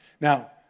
Now